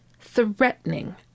threatening